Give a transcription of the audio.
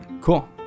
Cool